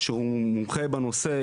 שהוא מומחה בנושא.